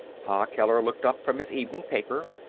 pa keller looked up from his evening paper.